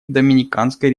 доминиканской